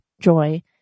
joy